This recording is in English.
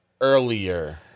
earlier